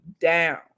down